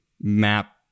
map